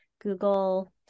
Google